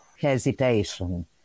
hesitation